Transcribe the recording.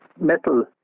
metal